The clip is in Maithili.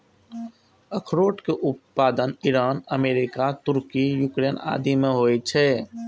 अखरोट के उत्पादन ईरान, अमेरिका, तुर्की, यूक्रेन आदि मे होइ छै